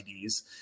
LEDs